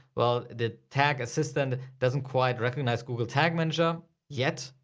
well the tag assistant doesn't quite recognize google tag manager yet.